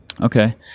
Okay